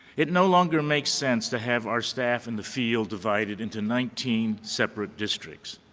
it no longer makes sense to have our staff in the field divided into nineteen separate districts.